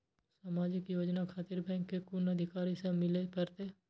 समाजिक योजना खातिर बैंक के कुन अधिकारी स मिले परतें?